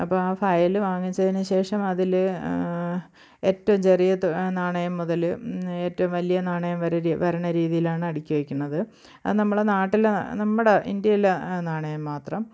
അപ്പ ആ ഫയല് വാങ്ങിച്ചതിന് ശേഷം അതിൽ ഏറ്റവും ചെറിയ നാണയം മുതൽ ഏറ്റവും വലിയ നാണയം വരെ വരണ രീതിയിലാണ് അടുക്കി വയ്ക്കുന്നത് അത് നമ്മൾ നാട്ടിലെ നമ്മുടെ ഇന്ത്യലെ നാണയം മാത്രം